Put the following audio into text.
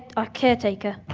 our caretaker,